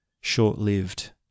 short-lived